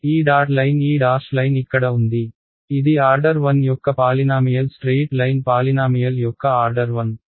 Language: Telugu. ఈ డాట్ లైన్ ఈ డాష్ లైన్ ఇక్కడ ఉంది ఇది ఆర్డర్ 1 యొక్క పాలినామియల్ స్ట్రెయిట్ లైన్ పాలినామియల్ యొక్క ఆర్డర్ 1